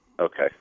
Okay